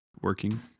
working